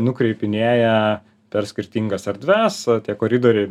nukreipinėja per skirtingas erdves tie koridoriai